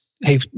hey